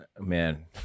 Man